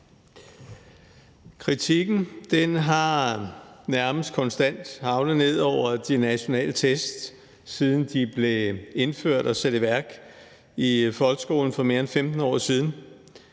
Kritikken har nærmest konstant haglet ned over de nationale test, siden de blev indført og sat i værk i folkeskolen for mere end 15 år siden.